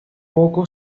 poco